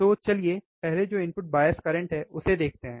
तो चलिए पहले जो इनपुट बायस करंट है उसे देखते हैं